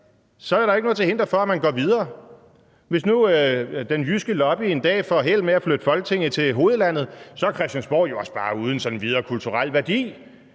så er der jo ikke noget til hinder for, at man går videre. Hvis nu den jyske lobby en dag får held med at flytte Folketinget til hovedlandet, så er Christiansborg jo også bare uden sådan videre kulturel værdi.